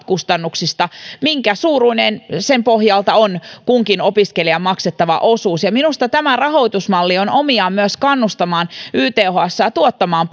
kustannuksista että minkä suuruinen sen pohjalta on kunkin opiskelijan maksettava osuus ja minusta tämä rahoitusmalli on omiaan myös kannustamaan ythsää tuottamaan